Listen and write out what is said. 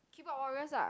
keyboard warriors ah